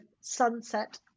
sunset